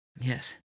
Yes